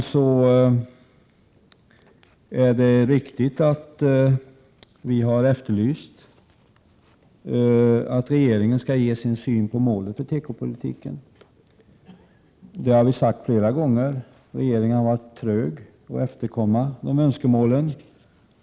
I övrigt är det riktigt att vi har efterlyst att regeringen skall ge sin syn på målet för tekopolitiken, och det har vi sagt flera gånger. Regeringen har varit trög att efterkomma de önskemålen.